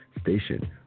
station